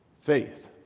Faith